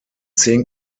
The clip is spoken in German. zehn